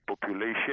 population